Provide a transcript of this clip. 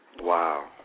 Wow